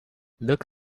look